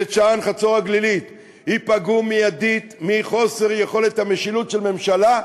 בית-שאן וחצור-הגלילית ייפגעו מייד מחוסר יכולת המשילות של ממשלה,